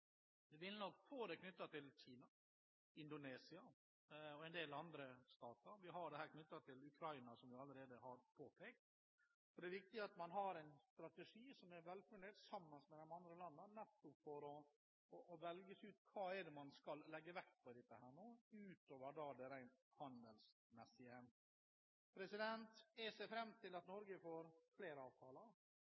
vil nok få utfordringer knyttet til Kina, Indonesia og en del andre stater, og vi har det knyttet til Ukraina, som jeg allerede har påpekt. Det er viktig at man har en strategi som er velfundert, sammen med de andre landene, nettopp for å velge seg ut hva man skal legge vekt på utover det rent handelsmessige. Jeg ser fram til at